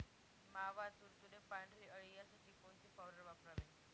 मावा, तुडतुडे, पांढरी अळी यासाठी कोणती पावडर वापरावी?